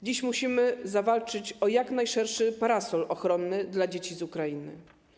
Dziś musimy zawalczyć o jak najszerszy parasol ochronny dla dzieci z Ukrainy.